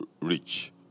rich